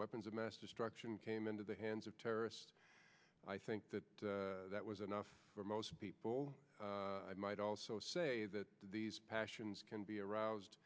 weapons of mass destruction came into the hands of terrorists i think that that was enough for most people i might also say that these passions can be aroused